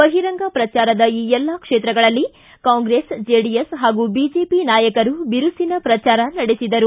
ಬಹಿರಂಗ ಪ್ರಚಾರದ ಈ ಎಲ್ಲಾ ಕ್ಷೇತ್ರಗಳಲ್ಲಿ ಕಾಂಗ್ರೆಸ್ ಜೆಡಿಎಸ್ ಹಾಗೂ ಬಿಜೆಪಿ ನಾಯಕರು ಬಿರುಸಿನ ಪ್ರಚಾರ ನಡೆಸಿದರು